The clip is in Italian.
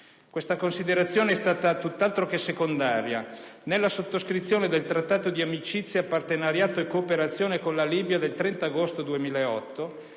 Questa considerazione è stata tutt'altro che secondaria nella sottoscrizione del Trattato di amicizia, partenariato e cooperazione con la Libia del 30 agosto 2008,